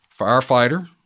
firefighter